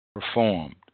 performed